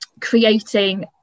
creating